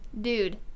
dude